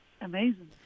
amazing